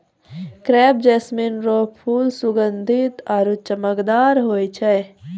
crepe jasmine रो फूल सुगंधीत आरु चमकदार होय छै